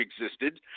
existed